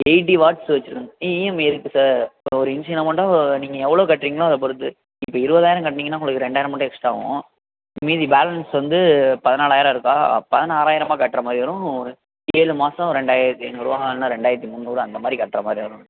eighty watts வச்சுருக்காங்க E EMI இருக்கு sir இப்போ ஒரு இனிஷியல் அமௌண்ட்டாக நீங்கள் எவ்வளோ கட்டுறீங்களோ அதை பொறுத்து இப்போ இருபதாயிரம் கட்னீங்கன்னா உங்களுக்கு ரெண்டாயிரம் மட்டும் எக்ஸ்ட்டாக ஆகும் மீதி பேலன்ஸ் வந்து பதினாலாயரம் இருக்கா பதினாறாயிரமாக கட்றமாதிரி வரும் ஏழு மாதம் ரெண்டாயிரத்து ஐந்நூறுரூவா இல்லைனா ரெண்டாயிரத்து முந்நூறுரூவா அந்த மாதிரி கட்றமாதிரி வரும்